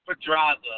Pedraza